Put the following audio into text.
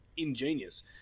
ingenious